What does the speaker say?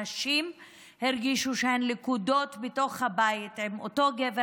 הנשים הרגישו שהן לכודות בתוך הבית עם אותו גבר